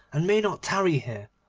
and may not tarry here,